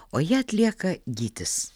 o ją atlieka gytis